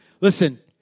Listen